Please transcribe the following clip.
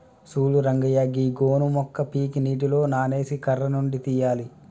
సూడు రంగయ్య గీ గోను మొక్క పీకి నీటిలో నానేసి కర్ర నుండి తీయాలి